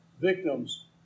Victims